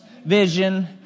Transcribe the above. Vision